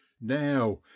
Now